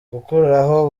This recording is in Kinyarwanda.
gukuraho